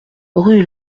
rue